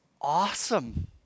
awesome